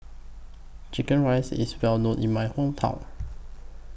Chicken Rice IS Well known in My Hometown